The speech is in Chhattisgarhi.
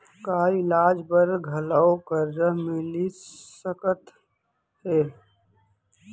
का इलाज बर घलव करजा मिलिस सकत हे?